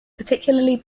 particularly